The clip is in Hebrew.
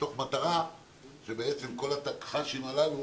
מתוך מטרה שבעצם כל התקש"חים הללו,